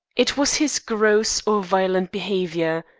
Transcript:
it was his gross or violent behaviour.